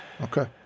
Okay